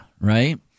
right